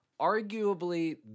arguably